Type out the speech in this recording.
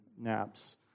naps